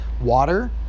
water